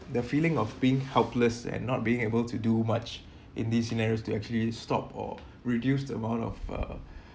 the feeling of being helpless and not being able to do much in these scenarios to actually stop or reduce the amount of uh